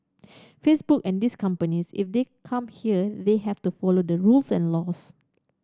Facebook and these companies if they come here they have to follow the rules and laws